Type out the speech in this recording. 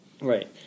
Right